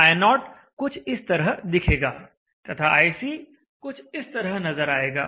i0 कुछ इस तरह दिखेगा तथा iC कुछ इस तरह नजर आएगा